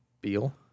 Beal